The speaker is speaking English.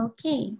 Okay